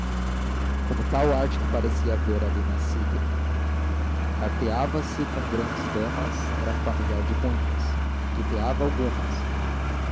com tal arte que parecia haver ali nascido carteava se com grandes damas era familiar de muitas tuteava algumas